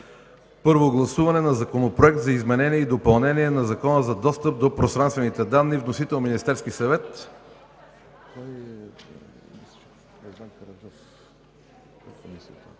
на гласуване Законопроекта за изменение и допълнение на Закона за достъп до пространствени данни с вносител Министерският съвет.